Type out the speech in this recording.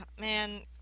Man